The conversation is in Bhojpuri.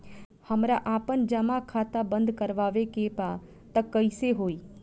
हमरा आपन जमा खाता बंद करवावे के बा त कैसे होई?